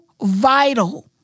vital